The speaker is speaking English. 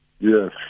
yes